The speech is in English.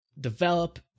develop